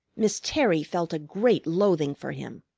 miss terry felt a great loathing for him.